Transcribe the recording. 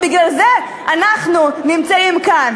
ובגלל זה אנחנו נמצאים כאן,